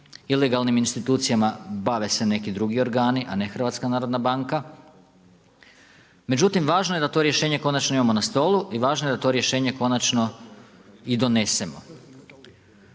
Ilegalnim institucijama bave se neki drugi organi a ne HNB. Međutim, važno je da to rješenje konačno imamo na stolu i važno je da to rješenje konačno i donesemo.